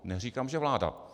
Neříkám že vláda.